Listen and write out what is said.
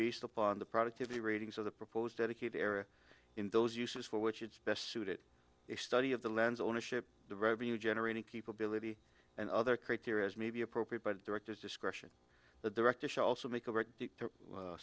based upon the productivity ratings of the proposed dedicated area in those uses for which it is best suited a study of the lens ownership the revenue generating keep ability and other criteria as may be appropriate by the directors discretion the director should also make a ver